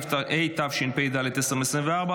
התשפ"ד 2024,